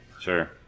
Sure